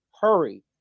Hurry